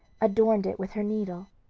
adorned it with her needle,